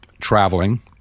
traveling